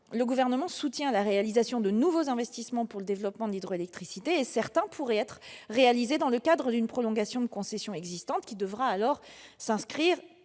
le Gouvernement soutient la réalisation de nouveaux investissements pour le développement de l'hydroélectricité. Certains pourraient être réalisés dans le cadre d'une prolongation de concession existante, qui devra alors respecter